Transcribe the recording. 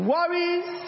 Worries